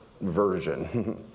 version